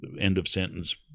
end-of-sentence